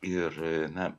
ir na